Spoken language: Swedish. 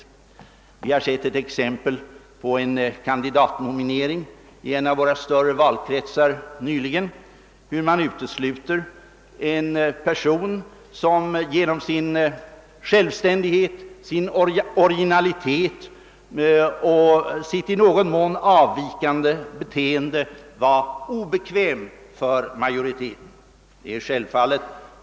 Vi har nyligen sett ett exempel på en kandidatnominering i en av våra större valkretsar, där en person uteslutits, som på grund av sin självständighet, sin originalitet och sitt i någon mån avvikande beteende var obekväm för majoriteten.